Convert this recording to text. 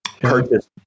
purchase